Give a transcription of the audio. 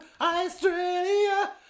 Australia